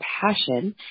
passion